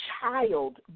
child